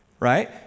Right